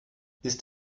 ist